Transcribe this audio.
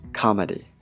comedy